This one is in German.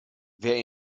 wer